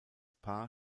paar